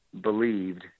believed